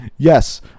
Yes